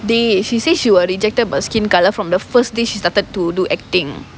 [deh] she say she got rejected by skin colour from the first day she started to do acting